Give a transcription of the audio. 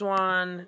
one